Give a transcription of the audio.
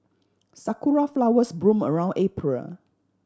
Sakura flowers bloom around April